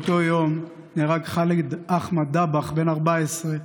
באותו היום נהרג חאלד אחמד דבאח בן ה-14,